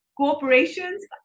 corporations